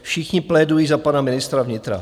Všichni plédují za pana ministra vnitra.